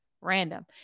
random